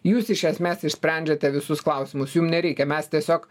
jūs iš esmės išsprendžiate visus klausimus jum nereikia mes tiesiog